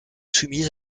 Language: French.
soumise